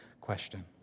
question